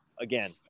again